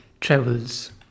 travels